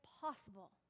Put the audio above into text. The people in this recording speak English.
possible